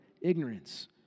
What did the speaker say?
ignorance